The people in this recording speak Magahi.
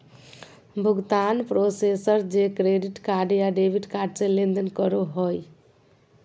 भुगतान प्रोसेसर जे क्रेडिट कार्ड या डेबिट कार्ड से लेनदेन करो हइ